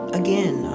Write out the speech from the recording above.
again